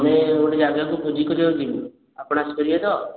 ଆମେ ଗୋଟେ ଜାଗାକୁ ଭୋଜି କରିବାକୁ ଯିବୁ ଆପଣ ଆସିପାରିବେ ତ